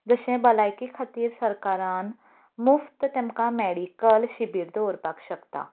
जशे बलायकी खातीर सरकारान मुफ्त तेमकां मेडिकल शिबीर दवरपाक शकता